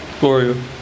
Gloria